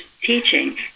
teaching